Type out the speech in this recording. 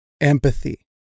empathy